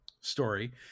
story